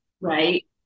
right